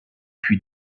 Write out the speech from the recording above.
puis